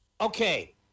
okay